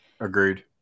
Agreed